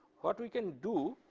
what we can do,